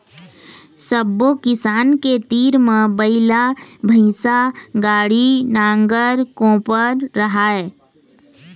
सब्बो किसान के तीर म बइला, भइसा, गाड़ी, नांगर, कोपर राहय